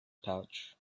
pouch